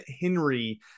henry